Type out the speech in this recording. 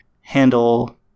handle